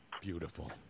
Beautiful